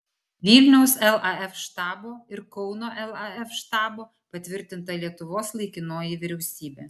vilniaus laf štabo ir kauno laf štabo patvirtinta lietuvos laikinoji vyriausybė